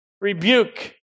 Rebuke